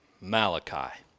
Malachi